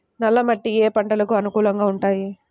నల్ల మట్టి ఏ ఏ పంటలకు అనుకూలంగా ఉంటాయి?